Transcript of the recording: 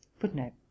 footnote